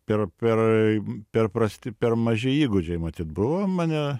per per per prasti per maži įgūdžiai matyt buvo mane